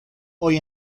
hoy